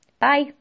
Bye